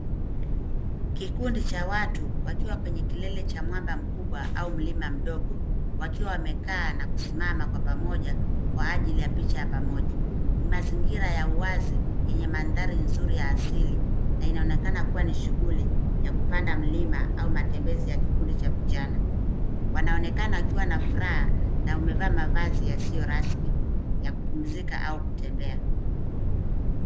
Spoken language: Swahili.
Kikundi cha watu wakiwa kwenye kilele cha mwamba mkubwa au mlima mdogo, wakiwa wamekaa na kusimama kwa pamoja kwa ajili ya picha ya pamoja. Mazingira ya uwazi yenye Manthari nzuri ya asili na inaonekana kuwa ni shughuli ya kupanda mlima au matembezi ya kikundi cha vijana. Wanaonekana wakiwa na furaha na wamevaa mavasi yasiyo rasmi ya kupumzika au kutembea.